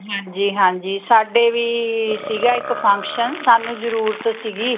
ਹਾਂਜੀ ਹਾਂਜੀ ਸਾਡੇ ਵੀ ਸੀਗਾ ਇੱਕ ਫੰਕਸ਼ਨ ਸਾਨੂੰ ਜ਼ਰੂਰਤ ਸੀਗੀ